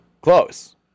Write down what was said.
Close